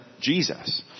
Jesus